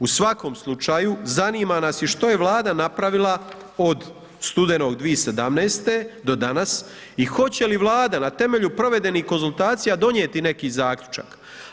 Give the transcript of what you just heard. U svakom slučaju zanima nas i što je Vlada napravila od studenog 2017. do danas i hoće li Vlada na temelju provedenih konzultacija donijeti neki zaključak.